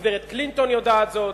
הגברת קלינטון יודעת זאת,